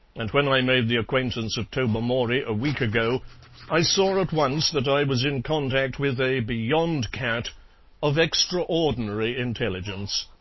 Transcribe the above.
and when i made the acquaintance of tobermory a week ago i saw at once that i was in contact with a beyond-cat of extraordinary intelligence.